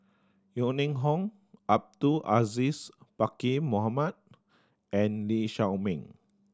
Yeo Ning Hong Abdul Aziz Pakkeer Mohamed and Lee Shao Meng